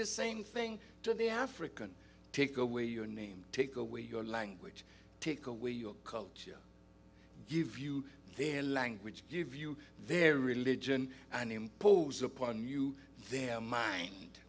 the same thing to the african take away your name take away your language take away your culture give you their language give you their religion and impose upon you their mind